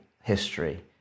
history